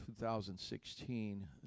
2016